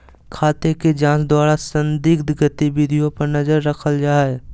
खाते के जांच द्वारा संदिग्ध गतिविधियों पर नजर रखल जा हइ